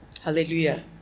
Hallelujah